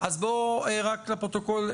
לפרוטוקול,